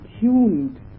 tuned